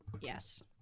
Yes